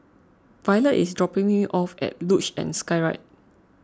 Violette is dropping me off at Luge and Skyride